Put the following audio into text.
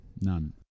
None